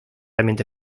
ambiente